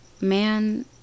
man